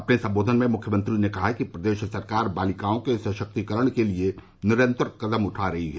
अपने संबोधन में मुख्यमंत्री ने कहा कि प्रदेश सरकार बालिकाओं के सशक्तीकरण के लिए निरन्तर कदम उठा रही है